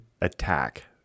attack